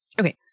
Okay